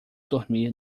dormir